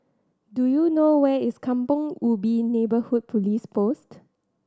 do you know where is Kampong Ubi Neighbourhood Police Post